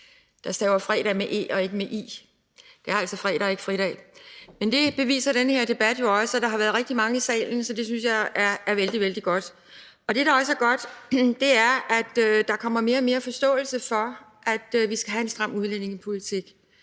der staver fredag med e og ikke med i. Det er altså fredag og ikke fridag. Det beviser den her debat jo også, for der har været rigtig mange i salen, og det synes jeg er vældig, vældig godt. Det, der også er godt, er, at der kommer mere og mere forståelse for, at vi skal have en stram udlændingepolitik,